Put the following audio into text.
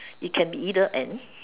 it can be either ends